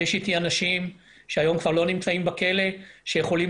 יש איתי אנשים שהיום כבר לא נמצאים בכלא שיכולים